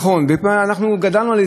כשזה קורה בעבירות,